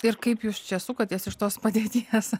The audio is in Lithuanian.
ir kaip jūs čia sukotės iš tos padėties